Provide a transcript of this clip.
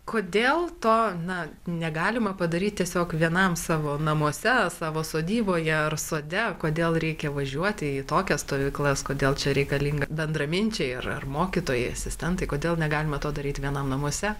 kodėl to na negalima padaryt tiesiog vienam savo namuose savo sodyboje ar sode kodėl reikia važiuoti į tokias stovyklas kodėl čia reikalinga bendraminčiai ar ar mokytojai asistentai kodėl negalima to daryt vienam namuose